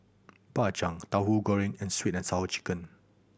Bak Chang Tauhu Goreng and Sweet And Sour Chicken